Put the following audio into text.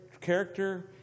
character